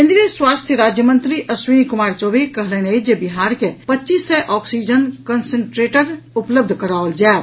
केन्द्रीय स्वास्थ्य राज्य मंत्री अश्विनी कुमार चौबे कहलनि अछि जे बिहार के पच्चीस सय ऑक्सीजन कंसेन्ट्रेटर उपलब्ध कराओत जायत